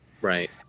Right